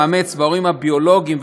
המאמץ וההורים הביולוגיים,